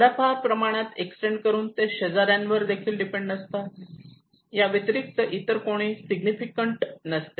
थोड्याफार प्रमाणात एक्सटेंड करून ते शेजाऱ्यावर डिपेंड असतात या व्यतिरिक्त इतर कोणी सिग्निफिकँट नसते